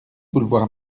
boulevard